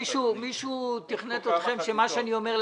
מישהו תכנת אתכם להגיד "לא" למה שאני אומר,